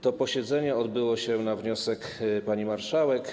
To posiedzenie odbyło się na wniosek pani marszałek.